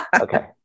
Okay